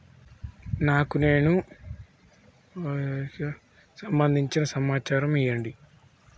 నాకు నేను అడిగినట్టుగా లోనుకు సంబందించిన సమాచారం ఇయ్యండి?